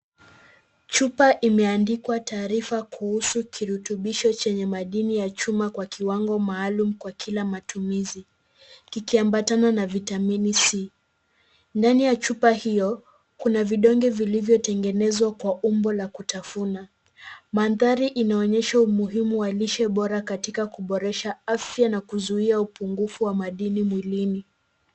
Chupa imeandikwa taarifa kuhusu kirutubisho chenye madini ya chuma kwa kiwango maalum kwa kila matumizi kikiambatana na Vitamini C. Ndani ya chupa hiyo kuna vidonge vilivyotengenezwa kwa umbo la kutafuna. Mandhari inaonyesha umuhimu wa lishe bora katika kuboresha afya na kuzuia upungufu wa madini mwilini.